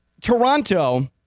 Toronto